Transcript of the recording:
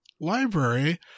library